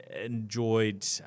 enjoyed